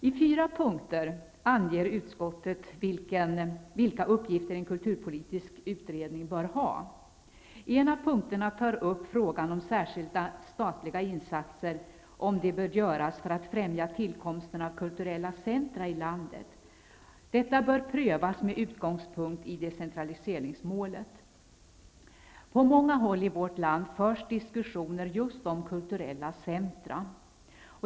I fyra punkter anger utskottet vilka uppgifter en kulturpolitisk utredning bör ha. I en av punkterna tas frågan upp om särskilda statliga insatser bör göras för att främja tillkomsten av kulturella centra i landet. Detta bör prövas med utgångspunkt i decentraliseringsmålet. På många håll i vårt land förs diskussioner just om kulturella centra.